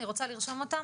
אני רוצה לרשום אותה.